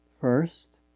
first